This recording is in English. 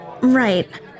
Right